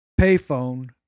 payphone